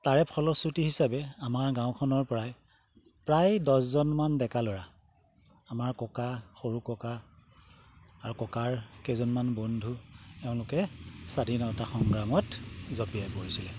তাৰে ফলশ্ৰুতি হিচাপে আমাৰ গাঁওখনৰপৰাই প্ৰায় দহজনমান ডেকাল'ৰা আমাৰ ককা সৰু ককা আৰু ককাৰ কেইজনমান বন্ধু এওঁলোকে স্বাধীনতা সংগ্ৰামত জঁপিয়াই পৰিছিলে